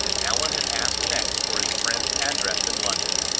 allan had asked next for his friend's address in london,